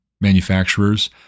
manufacturers